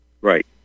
Right